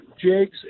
jigs